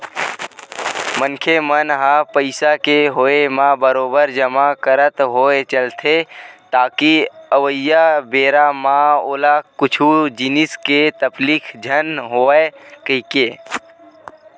मनखे मन ह पइसा के होय म बरोबर जमा करत होय चलथे ताकि अवइया बेरा म ओला कुछु जिनिस के तकलीफ झन होवय कहिके